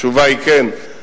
התשובה היא כן.